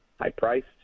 high-priced